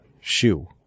shoe